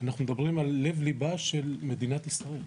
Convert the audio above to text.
אנחנו מדברים על לב ליבה של מדינת ישראל.